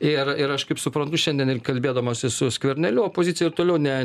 ir ir aš kaip suprantu šiandien ir kalbėdamasi su skverneliu opozicija ir toliau ne